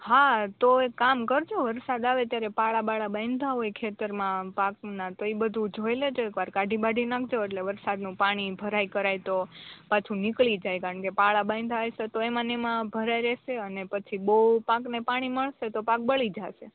હા તો એક કામ કરજો વરસાદ આવે ત્યારે પાળા બાળા બાંધ્યા હોય ખેતરમાં પાકના તો એ ભડું જોઈ લેજો એકવાર કાઢી બાંઢી નાખજો એટલે વરસાદનું પાણી ભરાય કરાય તો પાછું નીકળી જાય કારણ કે પાળા બાંધ્યા હશે તો એમાંને એમાં ભર્યા રહેશે અને પછી બહુ પાકને પાણી મળશે તો પાક બળી જશે